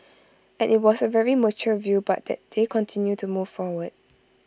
and IT was A very mature view but that they continue to move forward